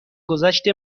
گذشت